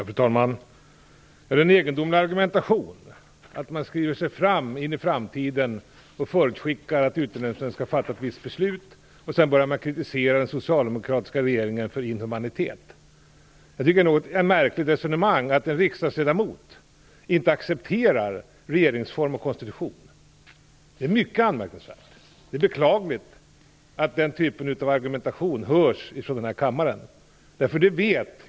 Fru talman! Det är en egendomlig argumentation som förs när man förutskickar att Utlänningsnämnden skall fatta ett visst beslut och sedan kritiserar den socialdemokratiska regeringen för inhumanitet. Jag tycker att det är ett något märkligt resonemang att en riksdagsledamot inte accepterar regeringsformen och konstitutionen. Det är mycket anmärkningsvärt. Det är beklagligt att den typen av argumentation hörs från denna kammare.